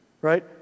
right